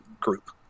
group